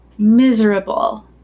Miserable